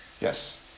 Yes